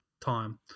time